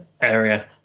area